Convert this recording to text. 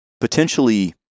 potentially